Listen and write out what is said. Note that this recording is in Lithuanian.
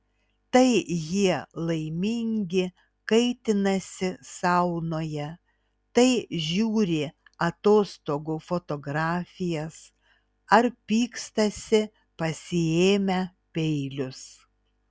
tai jie laimingi kaitinasi saunoje tai žiūri atostogų fotografijas ar pykstasi pasiėmę peilius